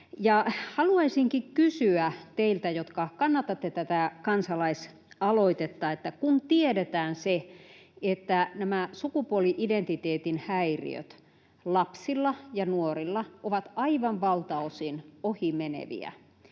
haluaisinkin kysyä teiltä, jotka kannatatte tätä kansalaisaloitetta, että kun tiedetään se, että nämä sukupuoli-identiteetin häiriöt lapsilla ja nuorilla ovat aivan valtaosin ohimeneviä,